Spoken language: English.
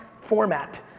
format